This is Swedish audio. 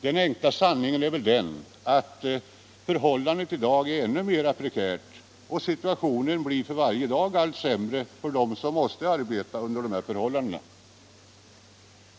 Den enkla sanningen är väl den att förhållandet i dag är ännu mera prekärt, och situationen blir för varje dag allt sämre för dem som måste arbeta under dessa förhållanden.